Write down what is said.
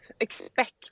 expect